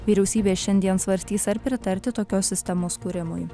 vyriausybė šiandien svarstys ar pritarti tokios sistemos kūrimui